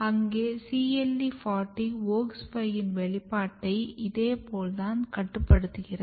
அங்கே CLE 40 WOX 5 இன் வெளிப்பாட்டை இதே போல் தான் கட்டுப்படுத்துகிறது